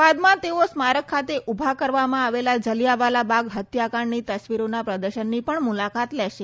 બાદમાં તેઓ સ્મારક ખાતે ઉભા કરવામાં આવેલા જલીયાવાલા બાગ હત્યાકાંડની તસ્વીરોના પ્રદર્શનની પણ મુલાકાત લેશે